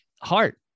Heart